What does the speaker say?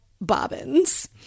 bobbins